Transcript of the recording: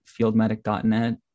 fieldmedic.net